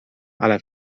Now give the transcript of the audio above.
ale